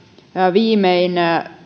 viimein